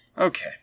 okay